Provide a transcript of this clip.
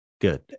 good